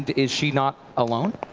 is she not alone?